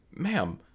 Ma'am